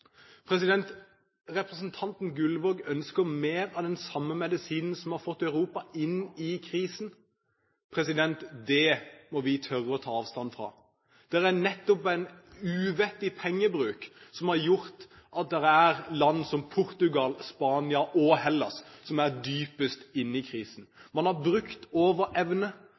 Representanten Gullvåg ønsker mer av den samme medisinen som har fått Europa inn i krisen. Det må vi tørre å ta avstand fra. Det er nettopp en uvettig pengebruk som har gjort at det er land som Portugal, Spania og Hellas som er dypest inne i krisen. Man har brukt over evne.